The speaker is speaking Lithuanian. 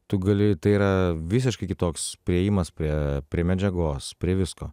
tu gali tai yra visiškai kitoks priėjimas prie prie medžiagos prie visko